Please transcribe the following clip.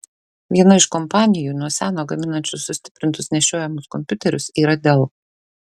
viena iš kompanijų nuo seno gaminančių sustiprintus nešiojamus kompiuterius yra dell